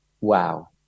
Wow